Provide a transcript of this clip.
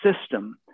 system